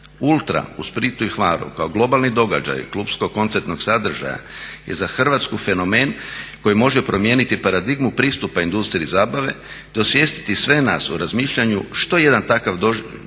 ULTRA u Splitu i Hvaru kao globalni događaj klubskog koncertnog sadržaja je za Hrvatsku fenomen koji može promijeniti paradigmu pristupa industriji zabave, te osvijestiti sve nas u razmišljanju što jedan takav događaj